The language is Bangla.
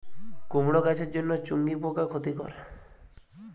কুমড়ো গাছের জন্য চুঙ্গি পোকা ক্ষতিকর?